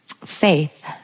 faith